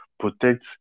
protect